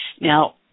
Now